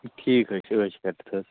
ٹھیٖک حظ چھِ عٲش کٔرِتھ حظ